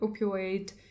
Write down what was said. opioid